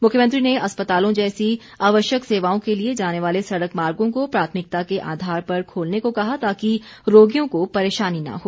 मुख्यमंत्री ने अस्पतालों जैसी आवश्यक सेवाओं के लिए जाने वाले सड़क मार्गो को प्राथमिकता के आधार पर खोलने को कहा ताकि रोगियों को परेशानी न हो